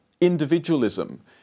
individualism